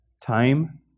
time